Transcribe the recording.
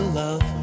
love